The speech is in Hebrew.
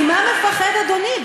ממה מפחד אדוני?